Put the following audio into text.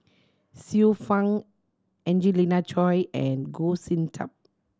Xiu Fang Angelina Choy and Goh Sin Tub